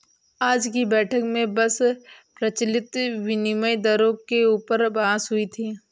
आज की बैठक में बस प्रचलित विनिमय दरों के ऊपर बहस हुई थी